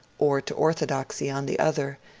or to orthodoxy on the other,